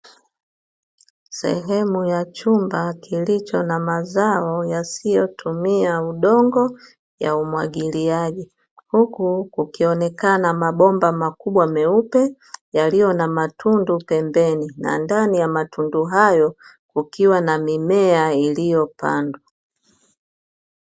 Sehemu ya chumba kilicho na mazao yasiyotumia udongo ya umwagiliaji. Huku kukionekana mabomba makubwa meupe yaliyo na matundu pembeni, na ndani ya matundu hayo kukiwa na mimea iliyopandwa.